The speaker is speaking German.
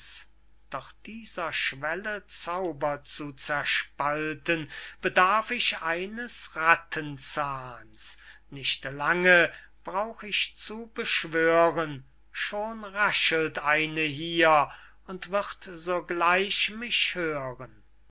doch dieser schwelle zauber zu zerspalten bedarf ich eines rattenzahns nicht lange brauch ich zu beschwören schon raschelt eine hier und wird sogleich mich hören